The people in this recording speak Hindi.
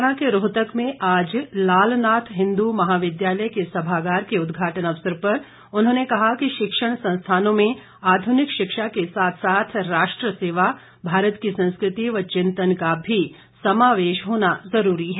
हरियाणा के रोहतक में आज लालनाथ हिंदू महाविद्यालय के सभागार के उदघाटन अवसर पर उन्होंने कहा कि शिक्षण संस्थानों में आधुनिक शिक्षा के साथ साथ राष्ट्र सेवा भारत की संस्कृति व चिंतन का भी समावेश होना जरूरी है